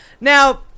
Now